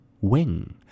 wing